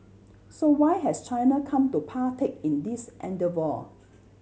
so why has China come to partake in this endeavour